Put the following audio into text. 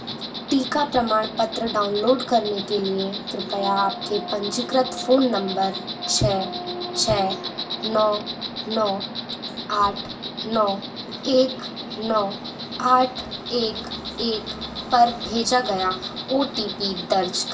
टीका प्रमाणपत्र डाउनलोड करने के लिए कृपया आपके पंजीकृत फ़ोन नम्बर छ छ नौ नौ आठ नौ एक नौ आठ एक एक पर भेजा गया ओ टी पी दर्ज करें